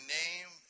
name